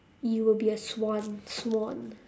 you would be a swan swan